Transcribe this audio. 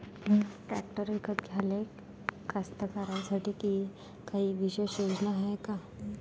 Tractor विकत घ्याले कास्तकाराइसाठी कायी विशेष योजना हाय का?